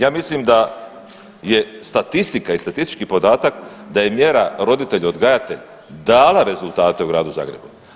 Ja mislim da je statistika i statistički podatak da je mjera „roditelj odgajatelj“ dala rezultate u Gradu Zagrebu.